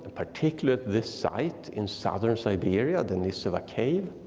particularly at this site in southern siberia, denisova cave.